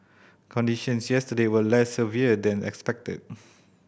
conditions yesterday were less severe than expected